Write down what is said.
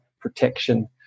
protection